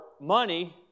money